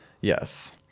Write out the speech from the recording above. Yes